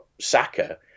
Saka